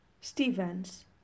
Stevens